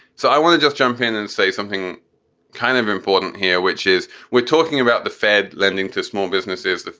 so i want to just jump in and say something kind of important here, which is we're talking about the fed lending to small businesses.